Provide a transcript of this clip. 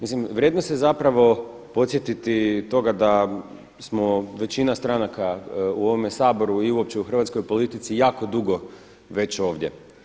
Mislim vrijedno se podsjetiti toga da smo većina stranaka u ovome Saboru i uopće u hrvatskoj politici jako dugo već ovdje.